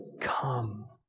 come